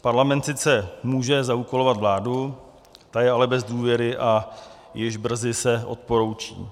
Parlament sice může zaúkolovat vládu, ta je ale bez důvěry a již brzy se odporoučí.